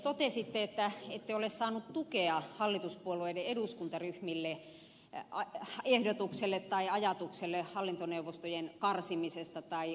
totesitte että ette ole saanut tukea hallituspuolueiden eduskuntaryhmiltä ehdotukselle tai ajatukselle hallintoneuvostojen karsimisesta tai lakkauttamisesta